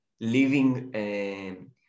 living